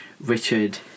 Richard